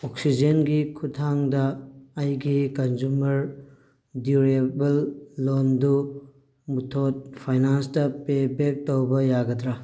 ꯑꯣꯛꯁꯤꯖꯦꯟꯒꯤ ꯈꯨꯠꯊꯥꯡꯗ ꯑꯩꯒꯤ consumer durable ꯂꯣꯟꯗꯨ ꯃꯨꯊꯨꯠ ꯐꯥꯏꯅꯥꯟꯁꯇ ꯄꯦ ꯕꯦꯛ ꯇꯧꯕ ꯌꯒꯗ꯭ꯔꯥ